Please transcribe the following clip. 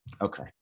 okay